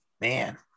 man